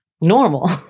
normal